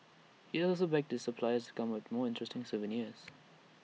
he has also begged his suppliers come up more interesting souvenirs